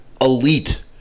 elite